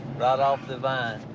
right off the vine.